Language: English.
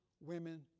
women